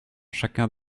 chacun